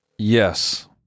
Yes